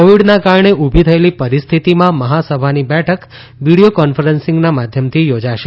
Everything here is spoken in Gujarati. કોવીડના કારણે ઉલી થયેલી પરિસ્થિતિમાં મહાસભાની બેઠક વિડીયો કોન્ફરન્સીંગના માધ્યમથી યોજાશે